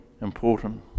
important